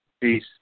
Peace